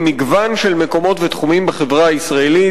ממגוון של מקומות ותחומים בחברה הישראלית,